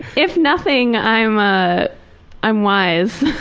if nothing, i'm ah i'm wise.